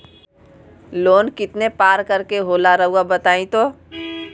Loan कितने पारकर के होला रऊआ बताई तो?